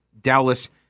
Dallas